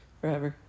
forever